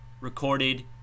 Recorded